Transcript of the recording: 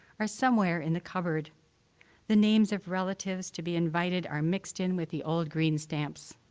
are somewhere in the cupboard the names of relatives to be invited are mixed in with the old green stamps.